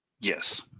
Yes